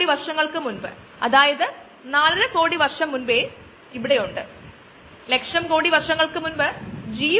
നിങ്ങൾക്ക് ഒരു പാത്രം ഉണ്ട് അതായത് നിങ്ങൾക്ക് ഒരു ഇടത്തരം മാർഗം അടങ്ങിയിരിക്കുന്നു തുടർന്ന് നമുക്ക് അതിൽ തൈര് ചേർക്കാം